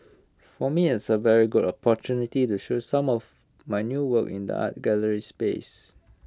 for me it's A very good opportunity to show some of my new work in the art gallery space